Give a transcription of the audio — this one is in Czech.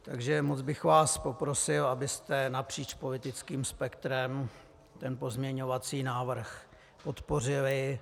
Takže moc bych vás poprosil, abyste napříč politickým spektrem ten pozměňovací návrh podpořili.